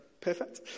Perfect